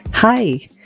Hi